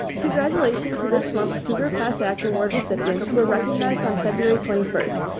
congratulation to this month's cougar class act award recipients who are recognized on february twenty first.